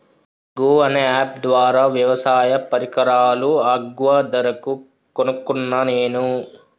గూ అనే అప్ ద్వారా వ్యవసాయ పరికరాలు అగ్వ ధరకు కొనుకున్న నేను